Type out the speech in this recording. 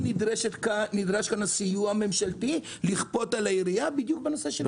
לכן נדרש פה סיוע ממשלתי לכפות על העירייה בדיוק בנושא.